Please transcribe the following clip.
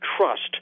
trust